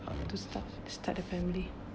to start start a family